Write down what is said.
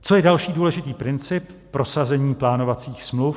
Co je další důležitý princip prosazení plánovacích smluv.